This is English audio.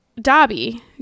Dobby